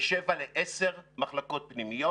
לשבע, לעשר מחלקות פנימיות.